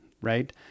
right